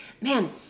Man